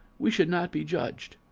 we should not be judged.